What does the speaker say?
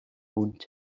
und